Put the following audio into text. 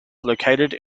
located